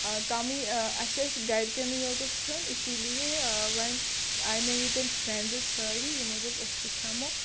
آ کَمٕے اَسہِ ٲسۍ گَرِ کیٚنٕے یوٚت اوس کھٮ۪ون اِسی لیے وۅنۍ آیہِ مےٚ ییٚتیَن فرینٛڈٕس سٲرِی یِمَو دوٚپ أسۍ تہِ کھٮ۪مَو